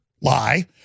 lie